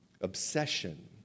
obsession